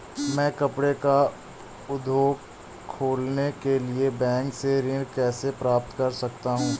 मैं कपड़े का उद्योग खोलने के लिए बैंक से ऋण कैसे प्राप्त कर सकता हूँ?